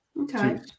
Okay